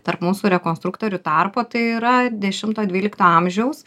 tarp mūsų rekonstruktorių tarpo tai yra dešimto dvylikto amžiaus